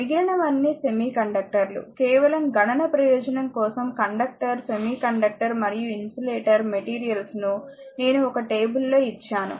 మిగిలినవన్నీ సెమీకండక్టర్లు కేవలం గణన ప్రయోజనం కోసం కండక్టర్ సెమీకండక్టర్ మరియు ఇన్సులేటర్ మెటీరియల్స్ ను నేను ఒక టేబుల్ లో ఇచ్చాను